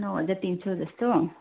नौ हजार तिन सौ जस्तो